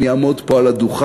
אני אעמוד פה על הדוכן,